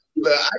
Look